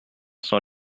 sans